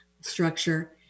structure